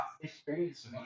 experience